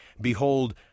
behold